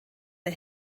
der